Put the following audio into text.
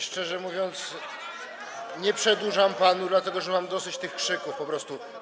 Szczerze mówiąc, nie przedłużam panu, dlatego że mam dosyć tych krzyków po prostu.